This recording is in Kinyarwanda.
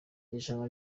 irushanwa